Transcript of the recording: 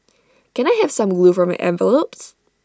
can I have some glue for my envelopes